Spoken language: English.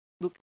look